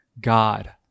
god